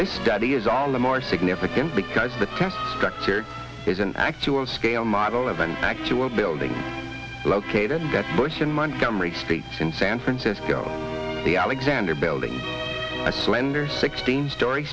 this study is all the more significant because the test structure is an actual scale model of an actual building located in that bush in montgomery street in san francisco the alexander building a slender sixteen story